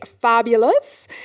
fabulous